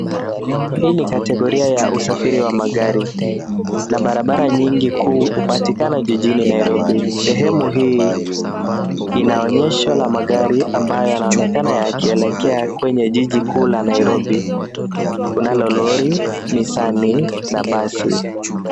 Hii ni kategoria ya usafiri wa magari na barabara nyingi kuu hupatikana jijini Nairobi. Sehemu hii ina onyesho la magari ambayo yanaonekana yakielekea kwenye jiji kuu la Nairobi. Kunalo lori, nisani na basi.